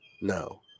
No